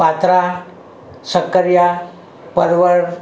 પાતરા શક્કરિયા પરવળ